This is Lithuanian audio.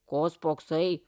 ko spoksai